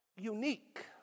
unique